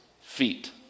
feet